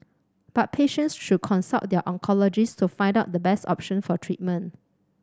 but patients should consult their oncologist to find out the best option for treatment